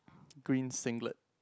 green singlet